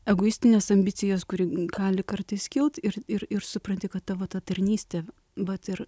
egoistinės ambicijos kuri gali kartais kilt ir ir ir supranti kad tavo ta tarnystė vat ir